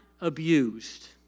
abused